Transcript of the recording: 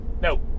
No